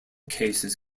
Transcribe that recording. cases